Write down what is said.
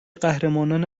قهرمانان